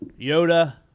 Yoda